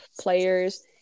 players